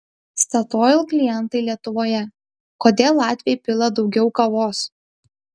statoil klientai lietuvoje kodėl latviai pila daugiau kavos